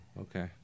okay